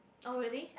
oh really